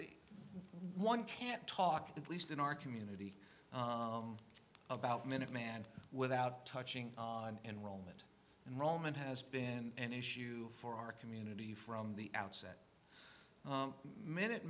the one can't talk at least in our community about minute man without touching on enrollment in roman has been an issue for our community from the outset minute